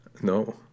No